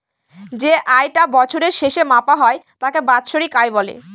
যে আয় টা বছরের শেষে মাপা হয় তাকে বাৎসরিক আয় বলে